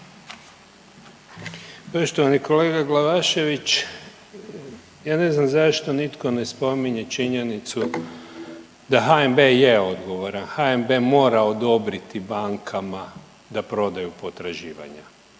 Poštovani kolega Glavašević. Ja ne znam zašto nitko ne spominje činjenicu da HNB je odgovaran, HNB mora odobriti bankama da prodaju potraživanja.